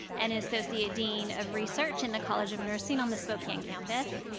and associate dean of research in the college of nursing on the spokane campus.